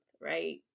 right